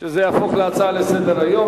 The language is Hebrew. שזה יהפוך להצעה לסדר-היום.